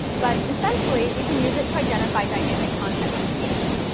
but essentially, you can use it to identify dynamic content on a page.